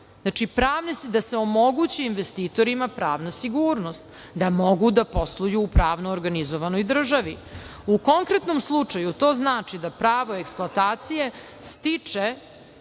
znači, da se omogući investitorima pravna sigurnost, da mogu da posluju u pravno organizovanoj državi. U konkretnom slučaju to znači da pravo eksploatacije stiče